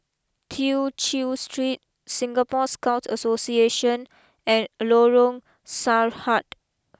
Tew Chew Street Singapore Scout Association and Lorong Sarhad